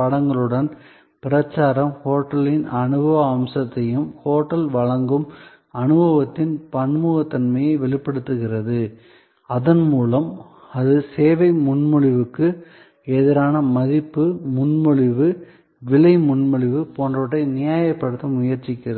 படங்களுடன் பிரச்சாரம் ஹோட்டலின் அனுபவ அம்சத்தையும் அந்த ஹோட்டல் வழங்கும் அனுபவத்தின் பன்முகத்தன்மையை வெளிப்படுத்துகிறது அதன்மூலம் அது சேவை முன்மொழிவுக்கு எதிராக மதிப்பு முன்மொழிவு விலை முன்மொழிவு போன்றவற்றை நியாயப்படுத்த முயற்சிக்கிறது